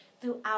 throughout